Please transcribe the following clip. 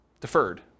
Deferred